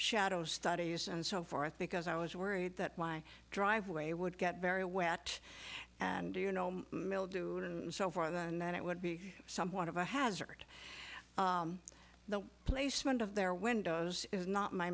shadows studies and so forth because i was worried that my driveway would get very wet and do you know mildew and so for that and then it would be somewhat of a hazard to the placement of their windows is not my